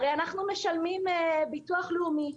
הרי אנחנו משלמים ביטוח לאומי,